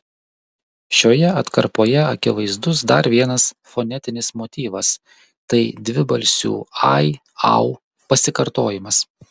šioje atkarpoje akivaizdus dar vienas fonetinis motyvas tai dvibalsių ai au pasikartojimas